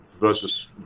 versus